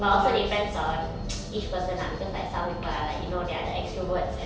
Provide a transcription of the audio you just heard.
but also depends on each person lah because like some people are like you know they're the extroverts and